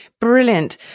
Brilliant